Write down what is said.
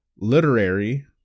literary